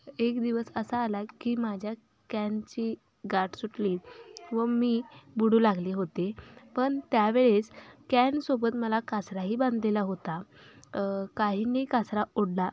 एक दिवस असा आला की माझ्या कॅनची गाठ सुटली व मी बुडू लागले होते पण त्यावेळेस कॅनसोबत मला कासराही बांधलेला होता काहींनी कासरा ओढला